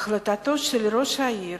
החלטתו של ראש העיר,